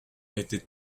était